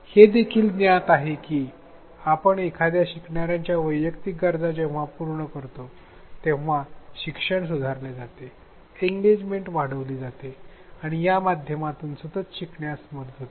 हे देखील ज्ञात आहे की आपण एखाद्या शिकणार्याच्या वैयक्तिक गरजा जेव्हा पूर्ण करतो तेव्हा शिक्षण सुधारले जाते एंगेजमेंट वाढविली जाते आणि या माध्यमातून सतत शिकण्यास मदत होते